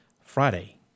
Friday